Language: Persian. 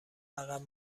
عقب